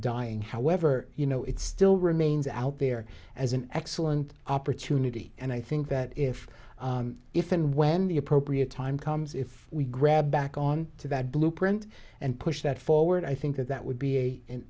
dying however you know it still remains out there as an excellent opportunity and i think that if if and when the appropriate time comes if we grab back on to that blueprint and push that forward i think that would be a